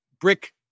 brick